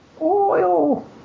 Oil